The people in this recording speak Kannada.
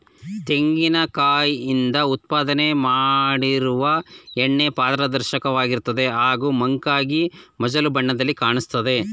ತೆಂಗಿನ ಕಾಯಿಂದ ಉತ್ಪಾದನೆ ಮಾಡದಿರುವ ಎಣ್ಣೆ ಪಾರದರ್ಶಕವಾಗಿರ್ತದೆ ಹಾಗೂ ಮಂಕಾಗಿ ಮಂಜಲು ಬಣ್ಣದಲ್ಲಿ ಕಾಣಿಸ್ತದೆ